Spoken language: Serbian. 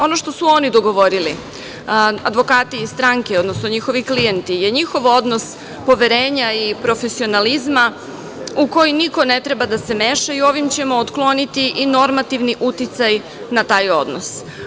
Ono što su oni dogovorili advokati i stranke, odnosno njihovi klijenti, je njihov odnos poverenja i profesionalizma u koji niko ne treba da se meša i ovim ćemo otkloniti i normativni uticaj na taj odnos.